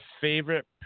favorite